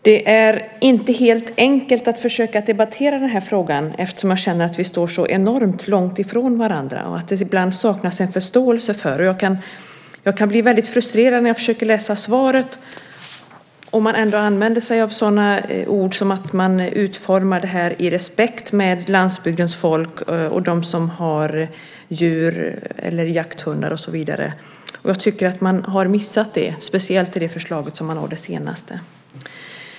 Det är inte helt enkelt att försöka debattera den här frågan eftersom jag känner att vi står så enormt långt ifrån varandra och att det ibland saknas en förståelse. Jag kan bli väldigt frustrerad när jag försöker läsa svaret och ser att man ändå använder sig av sådana ord som att man utformar det här med respekt för landsbygdens folk och dem som har djur eller jakthundar och så vidare. Jag tycker att man har missat det, speciellt i det förslag som man lade fram senast.